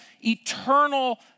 eternal